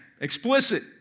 explicit